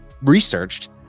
researched